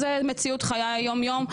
זאת מציאות חיי יום יום,